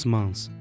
Months